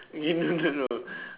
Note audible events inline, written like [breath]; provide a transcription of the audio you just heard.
eh no no no [breath]